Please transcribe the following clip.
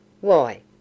Why